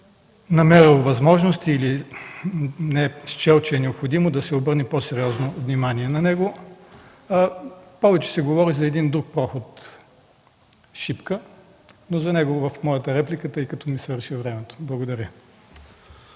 намерил възможности, не е счел, че е необходимо да му се обърне по-сериозно внимание. Повече се говори за един друг проход – Шипка. За него – в моята реплика, тъй като сега ми свърши времето. Благодаря.